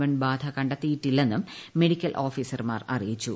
one ബാധ കണ്ടെത്തിയിട്ടില്ലെന്നും medical ഓഫീസർമാർ അറിയിച്ചു